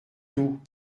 tout